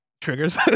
triggers